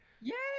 Yes